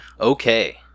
okay